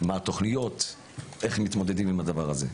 מה התוכניות ואיך מתמודדים עם הדבר הזה,